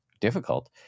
difficult